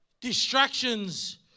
distractions